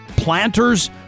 planters